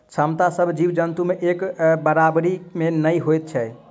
क्षमता सभ जीव जन्तु मे एक बराबरि नै होइत छै